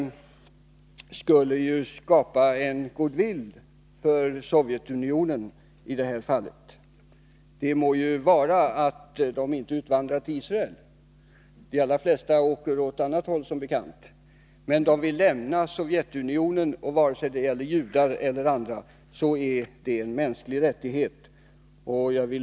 Det skulle ju skapa goodwill för Sovjetunionen om det visades en sådan generositet. Som bekant utvandrar de allra flesta inte till Israel utan söker sig åt annat håll. Vare sig det gäller judar eller andra som vill lämna Sovjetunionen är det dock en mänsklig rättighet att få göra det.